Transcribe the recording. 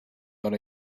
but